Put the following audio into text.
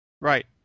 Right